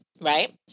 right